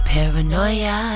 Paranoia